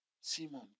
Simon